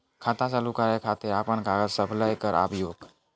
खाता चालू करै खातिर आपन कागज सब लै कऽ आबयोक?